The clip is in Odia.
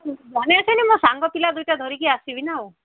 ମନେ ଅଛନ୍ତି ମୋ ସାଙ୍ଗ ପିଲା ଦୁଇଟା ଧରିକି ଆସିବି ନା ଆଉ